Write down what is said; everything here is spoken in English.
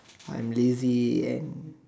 I am lazy and